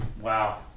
Wow